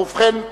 ובכן,